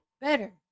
better